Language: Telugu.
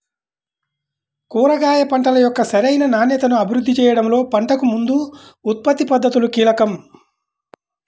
కూరగాయ పంటల యొక్క సరైన నాణ్యతను అభివృద్ధి చేయడంలో పంటకు ముందు ఉత్పత్తి పద్ధతులు కీలకం